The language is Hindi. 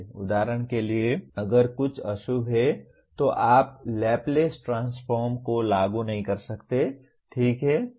उदाहरण के लिए अगर कुछ अशुभ है तो आप लैपलैस ट्रांसफॉर्म को लागू नहीं कर सकते ठीक है